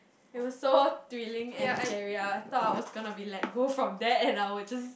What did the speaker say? it was so thrilling and scary I thought I was gonna be let go from that and I would just